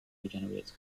regenerates